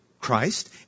Christ